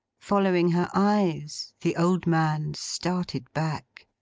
following her eyes, the old man started back.